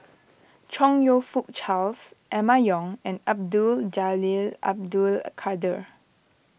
Chong You Fook Charles Emma Yong and Abdul Jalil Abdul Kadir